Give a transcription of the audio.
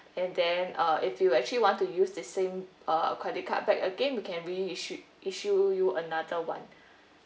and then uh if you actually want to use the same uh credit card back again we can reissue issue you another [one]